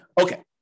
Okay